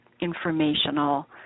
informational